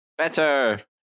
better